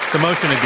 the motion again,